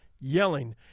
yelling